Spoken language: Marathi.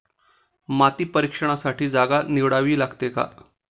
माती परीक्षणासाठी जागा निवडावी लागते का?